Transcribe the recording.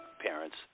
parents